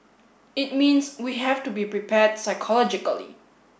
it means we have to be prepared psychologically